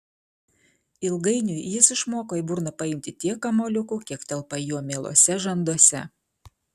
ilgainiui jis išmoko į burną paimti tiek kamuoliukų kiek telpa jo mieluose žanduose